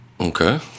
Okay